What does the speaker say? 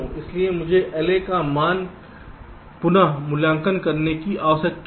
इसलिए मुझे LA का पुन मूल्यांकन करने की आवश्यकता है